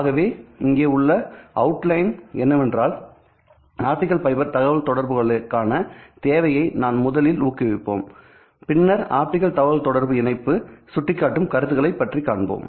ஆகவே இங்கே உள்ள அவுட்லைன் என்னவென்றால் ஆப்டிகல் ஃபைபர் தகவல்தொடர்புகளுக்கான தேவையை நாம் முதலில் ஊக்குவிப்போம் பின்னர் ஆப்டிகல் தகவல்தொடர்பு இணைப்பு சுட்டிக்காட்டும் கருத்துகளைப் பற்றி காண்போம்